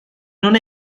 non